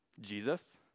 Jesus